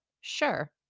Sure